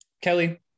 Kelly